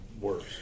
worse